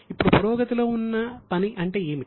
ఇప్పుడు పురోగతిలో ఉన్న పని అంటే ఏమిటి